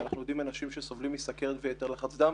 אנחנו יודעים מאנשים שסובלים מסוכרת ויתר לחץ דם,